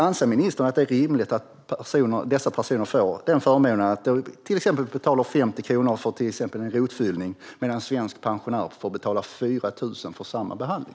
Anser ministern att det är rimligt att dessa personer får förmånen att till exempel betala 50 kronor för en rotfyllning medan en svensk pensionär får betala 4 000 för samma behandling?